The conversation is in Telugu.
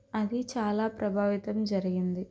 అది చాలా ప్రభావితం జరిగింది